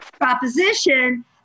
proposition